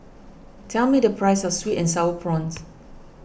tell me the price of Sweet and Sour Prawns